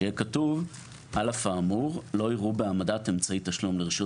שיהיה כתוב על אף האמור לא יראו בהעמדת אמצעי תשלום לרשות